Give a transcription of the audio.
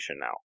now